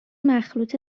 مخلوط